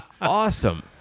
Awesome